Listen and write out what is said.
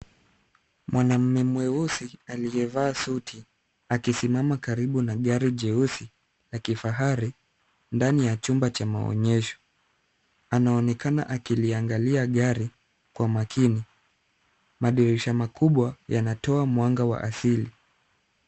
Mwanamme mweusi aliyevaa suti, akisimama karibu na gari jeusi la kifahari, ndani ya chumba cha maonyesho. Anaonekana akiliangalia gari kwa makini. Madirisha makubwa yanatoa mwanga wa asili.